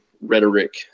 rhetoric